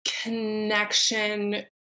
connection